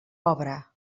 obra